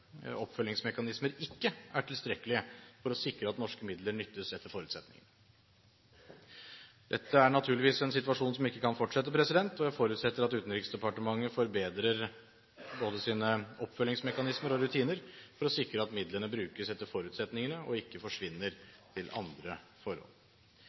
for å sikre at norske midler nyttes etter forutsetningene. Dette er naturligvis en situasjon som ikke kan fortsette, og jeg forutsetter at Utenriksdepartementet forbedrer både sine oppfølgingsmekanismer og sine rutiner for å sikre at midlene brukes etter forutsetningene og ikke forsvinner